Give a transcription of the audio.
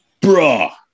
bruh